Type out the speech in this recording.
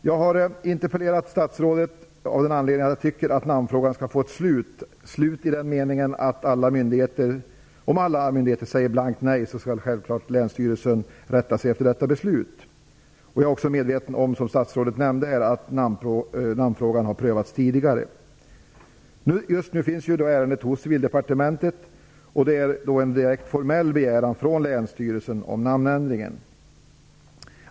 Jag har interpellerat statsrådet av den anledningen att jag tycker att namnfrågan skall få ett slut i den meningen att om alla myndigheter säger blankt nej skall Länsstyrelsen självklart rätta sig efter detta beslut. Jag är också medveten om att namnfrågan har prövats tidigare, som statsrådet nämnde. Just nu finns ärendet hos Civildepartementet. Det är en direkt formell begäran från Länsstyrelsen om namnändringen.